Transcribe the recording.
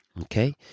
Okay